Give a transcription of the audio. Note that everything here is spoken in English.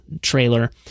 trailer